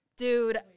Dude